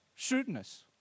Shrewdness